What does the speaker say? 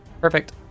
Perfect